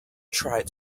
tried